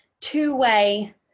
two-way